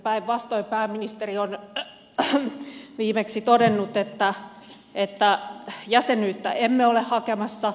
päinvastoin pääministeri on viimeksi todennut että jäsenyyttä emme ole hakemassa